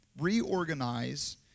reorganize